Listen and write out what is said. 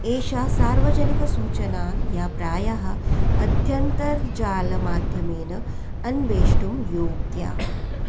एषा सार्वजनिकसूचना या प्रायः अध्यन्तर्जालमाध्यमेन अन्वेष्टुं योग्या